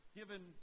given